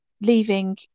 leaving